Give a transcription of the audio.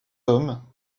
homme